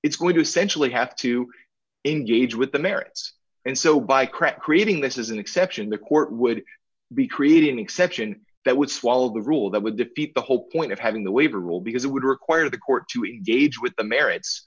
it's going to sensually have to engage with the merits and so by craft creating this is an exception the court would be created an exception that would swallow the rule that would defeat the whole point of having the waiver rule because it would require the court to engage with the merits